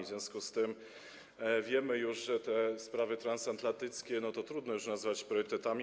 W związku z tym wiemy już, że te sprawy transatlantyckie trudno nazwać priorytetami.